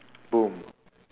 boom